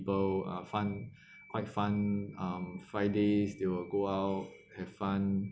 uh fun quite fun um fridays they will go out have fun